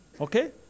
Okay